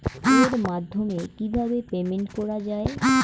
এর মাধ্যমে কিভাবে পেমেন্ট করা য়ায়?